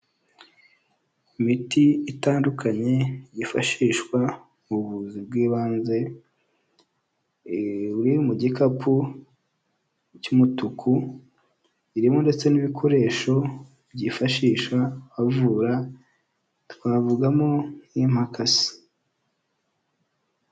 Imiti itandukanye yifashishwa mu buvuzi bw'ibanze iri mu gikapu cy'umutuku, irimo ndetse n'ibikoresho byifashisha bavura twavugamo nk'imakasi.